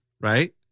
Right